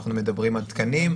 על תקנים,